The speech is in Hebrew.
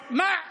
שעושה את זה.